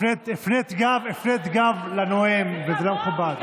הפנית גב לנואם וזה לא מכובד.